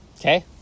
Okay